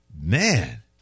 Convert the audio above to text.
Man